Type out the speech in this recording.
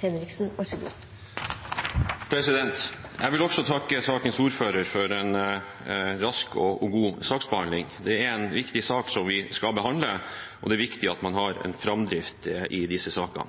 en viktig sak vi skal behandle, og det er viktig at man har en framdrift i disse sakene.